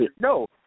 no